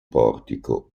portico